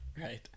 Right